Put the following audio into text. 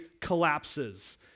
collapses